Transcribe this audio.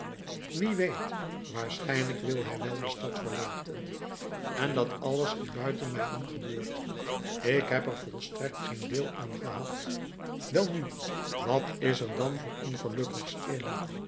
wie weet waarschijnlijk wil hij wel de stad verlaten en dat alles is buiten mij om gebeurd ik heb er volstrekt geen deel aan gehad welnu wat is er dan voor ongelukkigs in